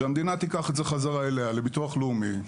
שהמדינה תיקח את זה חזרה אליה לביטוח לאומי,